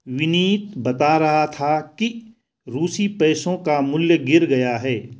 विनीत बता रहा था कि रूसी पैसों का मूल्य गिर गया है